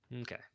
Okay